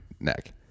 neck